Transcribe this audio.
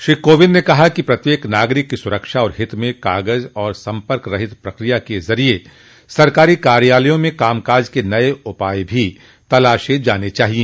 श्री कोविंद ने कहा कि प्रत्येक नागरिक की सुरक्षा और हित में कागज और संपर्क रहित प्रक्रिया के जरिए सरकारी कार्यालयों में कामकाज के नए उपाय भी तलाशे जानें चाहिए